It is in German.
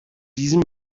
diesem